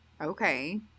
okay